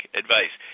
advice